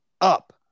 up